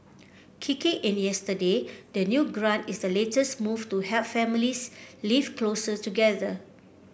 kicking in the yesterday the new grant is the latest move to help families live closer together